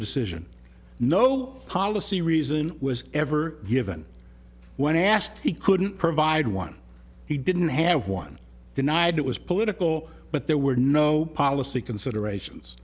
decision no policy reason was ever given when asked he couldn't provide one he didn't have one denied it was political but there were no policy considerations